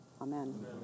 Amen